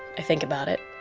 i think about it.